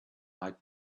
might